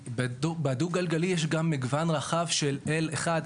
בדו גלגלי יש גם מגוון רחב של L 1,